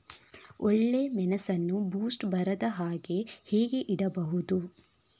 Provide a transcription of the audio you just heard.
ಒಳ್ಳೆಮೆಣಸನ್ನು ಬೂಸ್ಟ್ ಬರ್ದಹಾಗೆ ಹೇಗೆ ಇಡಬಹುದು?